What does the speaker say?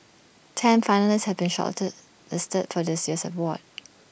ten finalists have been short listed for this year's award